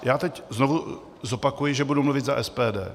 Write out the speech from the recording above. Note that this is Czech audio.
Já teď znovu zopakuji, že budu mluvit za SPD.